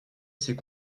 s’est